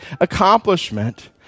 accomplishment